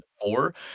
four